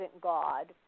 God